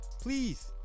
please